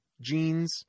jeans